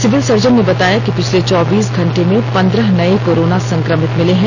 civil surgeon ने बताया कि पिछले चौबीस घंटे में पन्द्रह नए कोरोना संक्रमित मिले हैं